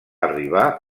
arribar